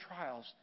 trials